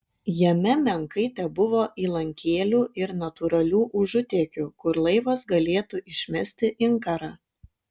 jame menkai tebuvo įlankėlių ir natūralių užutėkių kur laivas galėtų išmesti inkarą